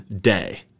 day